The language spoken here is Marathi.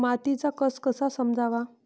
मातीचा कस कसा समजाव?